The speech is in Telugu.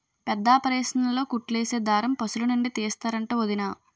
పెద్దాపరేసన్లో కుట్లేసే దారం పశులనుండి తీస్తరంట వొదినా